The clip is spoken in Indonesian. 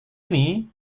ini